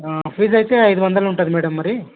fees అయితే ఐదు వందలు ఉంటుంది మ్యాడమ్ మరి